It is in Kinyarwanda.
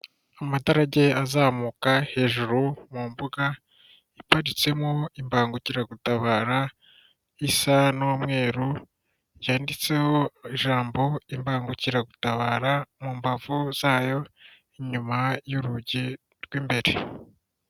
Amatara agiye azamuka hejuru mu mbuga iparitsemo imbangukiragutabara isa n'umweru, yanditseho ijambo imbangukiragutabara mu mbavu zayo inyuma y'urugi rw'imbere.